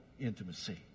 intimacy